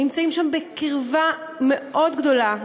נמצאים שם בקרבה גדולה מאוד.